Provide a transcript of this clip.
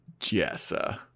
Jessa